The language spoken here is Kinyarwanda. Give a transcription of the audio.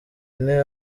ine